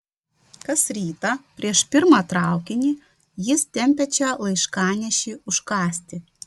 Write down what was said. kas rytą prieš pirmą traukinį jis tempia čia laiškanešį užkąsti